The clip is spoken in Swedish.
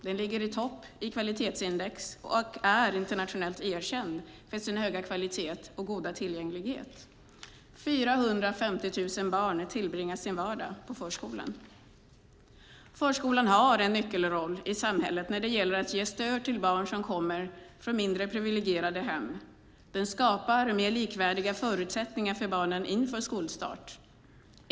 Den ligger i topp i kvalitetsindex och är internationellt erkänd för sina höga kvalitet och goda tillgänglighet. 450 000 barn tillbringar sin vardag på förskolan. Förskolan har en nyckelroll i samhället när det gäller att ge stöd till barn som kommer från mindre privilegierade hem. Den skapar mer likvärdiga förutsättningar för barnen inför skolstart.